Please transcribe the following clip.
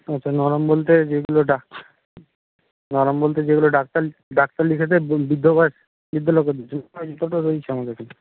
আচ্ছা নরম বলতে যেগুলো নরম বলতে যেগুলো ডাক্তার ডাক্তার লিখে দেয় বৃদ্ধ বয়স বৃদ্ধ লোকেদের জুতোটা রয়েইছে আমাদের